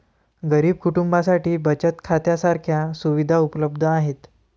गरीब कुटुंबांसाठी बचत खात्या सारख्या सुविधा उपलब्ध आहेत